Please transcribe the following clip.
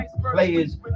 players